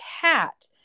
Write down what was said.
cat